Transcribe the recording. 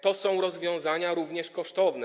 To są rozwiązania również kosztowne.